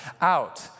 out